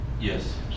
Yes